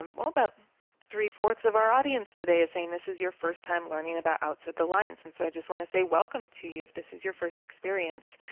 um ah about three fourths of our audience today is saying this is your first time learning about outside the lines. and so i just want to say welcome to you if this is your first experience.